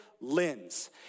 lens